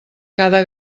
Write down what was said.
cada